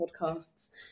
podcasts